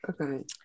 Okay